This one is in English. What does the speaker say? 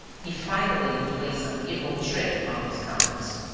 he finally would play some evil trick upon his comrades.